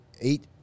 eight